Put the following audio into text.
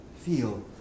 feel